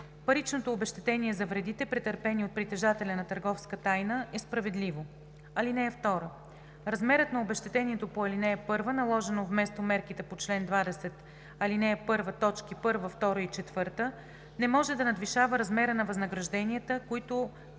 паричното обезщетение за вредите, претърпени от притежателя на търговска тайна, е справедливо. (2) Размерът на обезщетението по ал. 1, наложено вместо мерките по чл. 20, ал. 1, т. 1, 2 и 4, не може да надвишава размера на възнагражденията, които